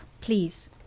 please